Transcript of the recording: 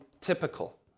typical